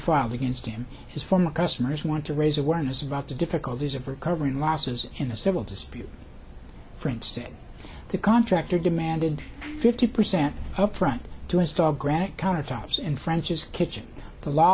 filed against him his former customers want to raise awareness about the difficulties of recovering losses in the civil dispute for instance the contractor demanded fifty percent upfront to install granite countertops in french's kitchen the law